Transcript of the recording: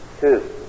Two